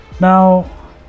Now